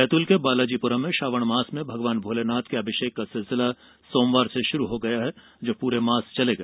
बैतूल के बालाजीपुरम में श्रावण मास में भगवान भोलेनाथ का अभिषेक का सिलसिला सोमवार से शुरू हो गया है जो पूरे मास पर चलेगा